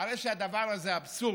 הרי שהדבר הזה אבסורד.